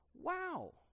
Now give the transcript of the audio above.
wow